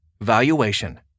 valuation